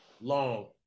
long